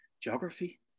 geography